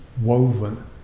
woven